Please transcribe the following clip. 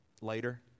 later